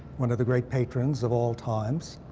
one of the great patrons of all times,